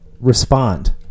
respond